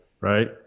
right